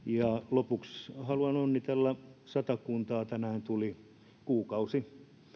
lopuksi haluan onnitella satakuntaa tänään tuli kuukausi